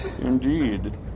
Indeed